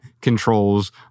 controls